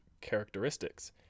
characteristics